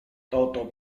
toto